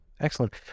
Excellent